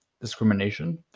discrimination